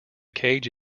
cage